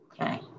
okay